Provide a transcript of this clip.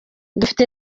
dufite